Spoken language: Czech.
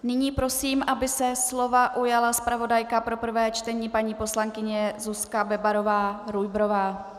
Nyní prosím, aby se slova ujala zpravodajka pro prvé čtení paní poslankyně Zuzka BebarováRujbrová.